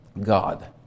God